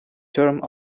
term